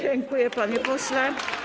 Dziękuję, panie pośle.